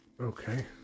Okay